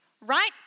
right